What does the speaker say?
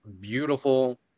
beautiful